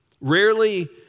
Rarely